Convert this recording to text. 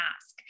ask